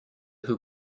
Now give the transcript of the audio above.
who